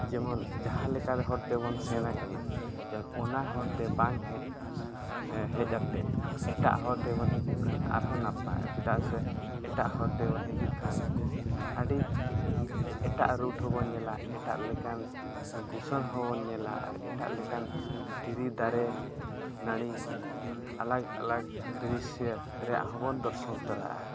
ᱡᱮᱢᱚᱱ ᱡᱟᱦᱟᱸ ᱞᱮᱠᱟ ᱨᱮ ᱦᱚᱨ ᱛᱮᱵᱚᱱ ᱥᱮᱱᱟᱠᱟᱱᱟ ᱡᱮ ᱚᱱᱟ ᱦᱚᱨ ᱛᱮ ᱵᱟᱝ ᱦᱮᱡ ᱦᱮᱡ ᱟᱛᱮᱫ ᱮᱴᱟᱜ ᱦᱚᱨ ᱛᱮᱵᱚᱱ ᱦᱤᱡᱩᱜ ᱠᱷᱟᱱ ᱟᱨ ᱦᱚᱸ ᱱᱟᱯᱟᱭ ᱪᱮᱫᱟᱜ ᱥᱮ ᱮᱴᱟᱜ ᱦᱚᱨ ᱛᱮᱵᱚᱱ ᱦᱤᱡᱩᱜ ᱠᱷᱟᱱ ᱟᱹᱰᱤ ᱮᱴᱟᱜ ᱨᱩᱴ ᱦᱚᱸᱵᱚᱱ ᱧᱮᱞᱟ ᱮᱴᱟᱜ ᱞᱮᱠᱟᱱ ᱫᱤᱥᱚᱢ ᱦᱚᱸ ᱵᱚᱱ ᱧᱮᱞᱟ ᱟᱨ ᱮᱴᱟᱜ ᱞᱮᱠᱟᱱ ᱫᱷᱤᱨᱤ ᱫᱟᱨᱮ ᱱᱟᱹᱲᱤ ᱟᱞᱟᱜᱽ ᱟᱞᱟᱜᱽ ᱫᱨᱤᱥᱥᱚ ᱨᱮᱭᱟᱜ ᱦᱚᱸᱵᱚᱱ ᱫᱚᱨᱥᱚᱱ ᱛᱚᱨᱟᱜᱼᱟ